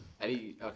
Any-